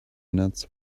nuts